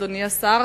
אדוני השר,